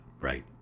right